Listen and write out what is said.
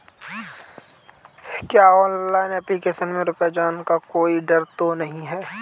क्या online application में रुपया जाने का कोई डर तो नही है?